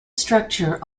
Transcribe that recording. structure